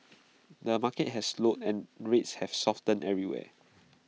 the market has slowed and rates have softened everywhere